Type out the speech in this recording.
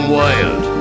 wild